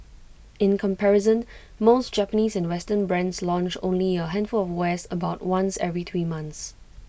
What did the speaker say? in comparison most Japanese and western brands launch only A handful of wares about once every three months